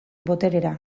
boterera